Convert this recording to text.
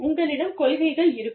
உங்களிடம் கொள்கைகள் இருக்கும்